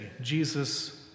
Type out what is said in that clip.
Jesus